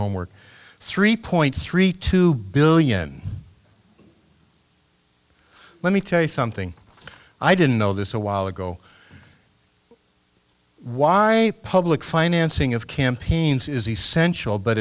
homework three point three two billion let me tell you something i didn't know this a while ago why public financing of campaigns is essential but